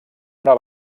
una